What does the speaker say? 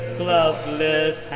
gloveless